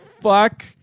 fuck